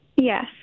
Yes